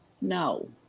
No